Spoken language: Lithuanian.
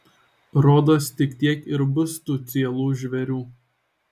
rodos tik tiek ir bus tų cielų žvėrių